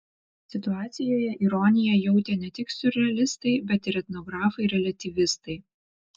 situacijoje ironiją jautė ne tik siurrealistai bet ir etnografai reliatyvistai